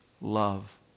love